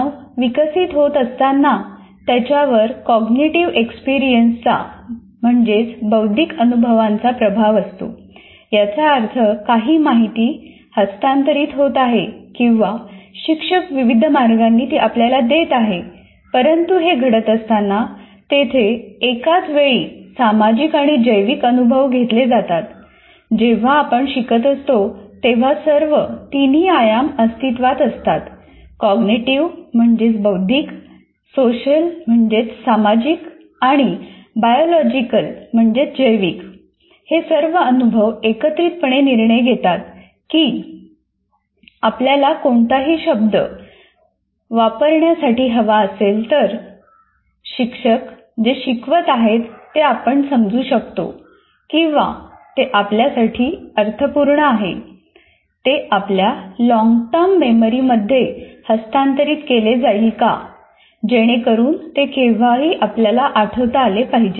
मानव विकसित होत असताना त्याच्यावर कोग्निटिव एक्स्पिरिय्न्स चा मध्येहस्तांतरित केले जाईल का जेणेकरून ते केव्हाही आपल्याला आठवता आले पाहिजे